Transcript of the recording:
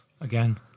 again